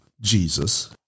Jesus